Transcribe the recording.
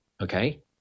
okay